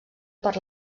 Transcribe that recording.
per